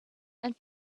and